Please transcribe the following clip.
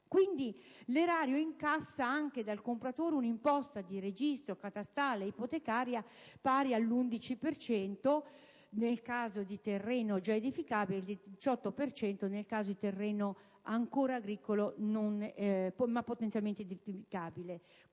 l'erario incassa anche dal compratore un'imposta di registro, catastale ed ipotecaria pari al 11 per cento, nel caso di terreno già edificabile, e al 18 per cento, nel caso di terreno ancora agricolo ma potenzialmente edificabile.